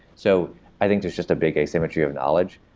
so i think there's just a big asymmetry of knowledge.